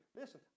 listen